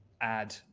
add